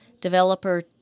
Developer